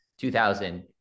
2000